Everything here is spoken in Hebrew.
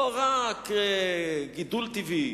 לא רק גידול טבעי,